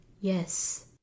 Yes